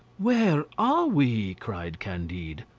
where are we? cried candide.